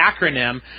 acronym